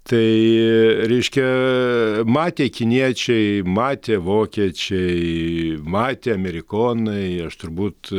tai reiškia matė kiniečiai matė vokiečiai matė amerikonai aš turbūt